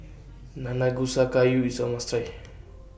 Nanakusa Gayu IS A must Try